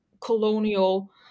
colonial